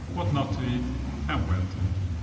what not to eat and when to eat.